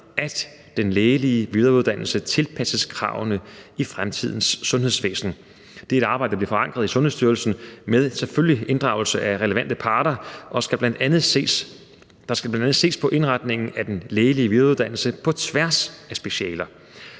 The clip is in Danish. at den lægelige videreuddannelse tilpasses kravene i fremtidens sundhedsvæsen. Det er et arbejde, der bliver forankret i Sundhedsstyrelsen med selvfølgelig inddragelse af relevante parter, og der skal bl.a. ses på indretningen af den lægelige videreuddannelse på tværs af specialer